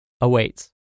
awaits